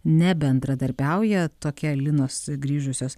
ne bendradarbiauja tokia linos grįžusios